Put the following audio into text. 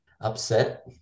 upset